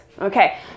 Okay